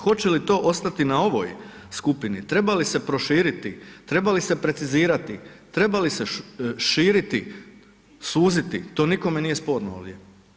Hoće li to ostati na ovoj skupini, treba li se proširiti, treba li se precizirati, treba li se širit, suziti, to nikome nije sporno ovdje.